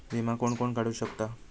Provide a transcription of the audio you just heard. विमा कोण कोण काढू शकता?